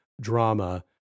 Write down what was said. drama